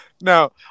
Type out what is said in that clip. no